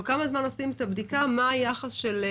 כל כמה זמן עושים את הבדיקה מה היחס באחוזים של